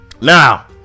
now